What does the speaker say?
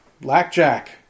Blackjack